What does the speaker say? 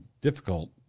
difficult